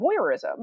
voyeurism